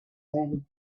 thing